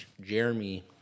Jeremy